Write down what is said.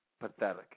pathetic